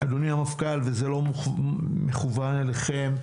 אדוני המפכ"ל, וזה לא מכוון אליכם,